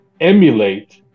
emulate